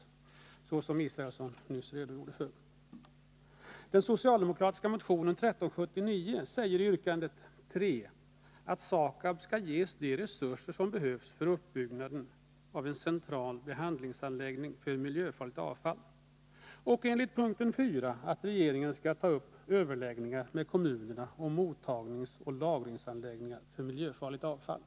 Per Israelsson redogjorde nyss för motionskraven. I den socialdemokratiska motionen 1379 yrkas enligt p. 3 att SAKAB skall ges de resurser som behövs för utbyggnaden av en central behandlingsanläggning för miljöförligt avfall och enligt p. 4 att regeringen skall uppta överläggningar med kommunerna om mottagningsoch lagringsanläggningar för miljöfarligt avfall.